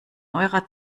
eurer